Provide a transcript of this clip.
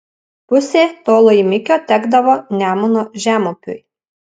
pusė to laimikio tekdavo nemuno žemupiui